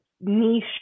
niche